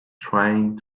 trying